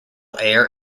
air